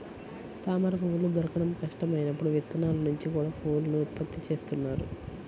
తామరపువ్వులు దొరకడం కష్టం అయినప్పుడు విత్తనాల నుంచి కూడా పువ్వులను ఉత్పత్తి చేస్తున్నారు